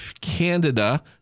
Canada